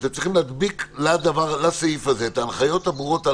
אתם צריכים להדביק לסעיף הזה את ההנחיות הברורות הללו,